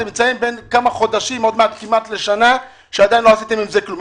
אתם נמצאים בין כמה חודשים עד כמעט שנה שעדיין לא עשיתם עם זה כלום.